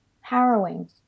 Harrowing